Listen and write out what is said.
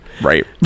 Right